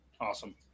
Awesome